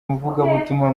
umuvugabutumwa